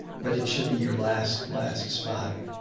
but it should be your last, last spot.